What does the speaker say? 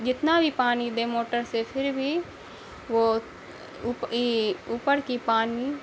جتنا بھی پانی دے موٹر سے پھر بھی وہ اوپر کی پانی